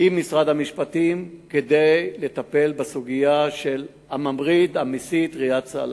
עם משרד המשפטים כדי לטפל בסוגיה של הממריד והמסית ראאד סלאח.